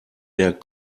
der